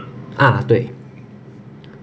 啊对